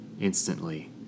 Instantly